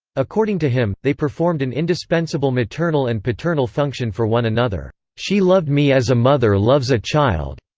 according to him, they performed an indispensable maternal and paternal function for one another she loved me as a mother loves a child.